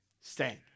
stand